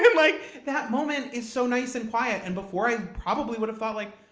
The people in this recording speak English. and like that moment is so nice and quiet, and before i probably would've felt like,